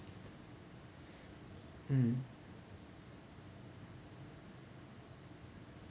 mm